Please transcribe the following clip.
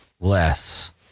less